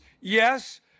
Yes